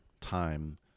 time